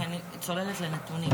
כי אני צוללת לנתונים,